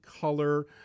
color